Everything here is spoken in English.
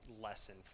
Lesson